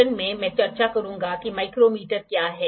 अतः इसके लिए टेंजंट खींचना बहुत कठिन है